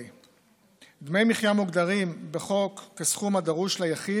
דמי מחיה מוגדרים בחוק כסכום הדרוש ליחיד